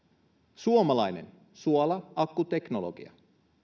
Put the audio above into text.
suomalainen suola akkuteknologia